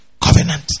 covenant